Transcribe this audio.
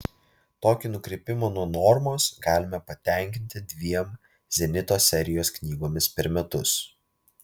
tokį nukrypimą nuo normos galime patenkinti dviem zenito serijos knygomis per metus